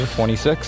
26